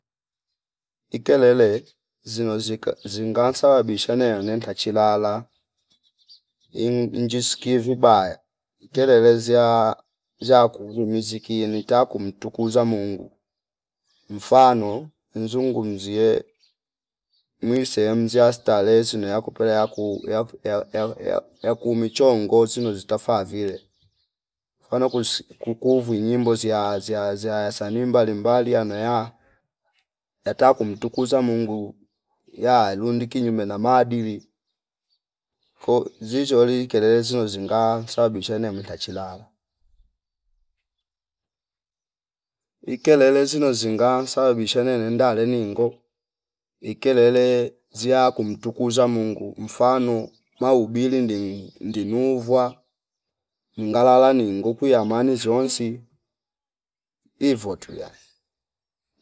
Ikelele zino zika zinga nsabisha neyane ntachilala in- injiskie vibaya ikelele zya, zya kungu miziki nita kumtukuza Mungu mfano mzungumzie mwise sehemu ziya starehe zino yakupela yaku ya- ya- ya- yaku michongozi zino zitafa viwe mfano kusi kukuvwi nyimbo ziya- ziya- ziyasanimba limbalia noya yata kumtukuza Mungu ya lunduki nyume na maadili ko zizoli kelele zino zinga sabisha ne mkachilala. Ikele zino zinga nsababisha nene ninda aleningo ikele ziya kumtukuza Mungu mfano mahubili ndin- ndinuvwa ngalala ningokwi amani ziyonsi ivo tuh yani